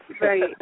Right